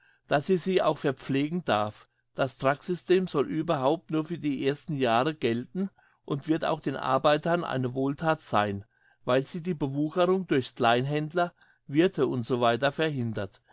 dass sie sie auch verpflegen darf das trucksystem soll überhaupt nur für die ersten jahre gelten und wird auch den arbeitern eine wohlthat sein weil es die bewucherung durch kleinhändler wirthe etc verhindert